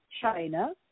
China